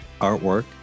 Artwork